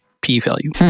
p-value